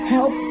Help